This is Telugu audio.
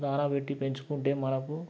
దాన పెట్టి పెంచుకుంటే మనకు